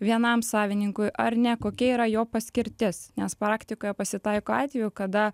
vienam savininkui ar ne kokia yra jo paskirtis nes praktikoje pasitaiko atvejų kada